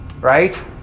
right